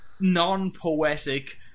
non-poetic